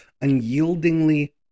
unyieldingly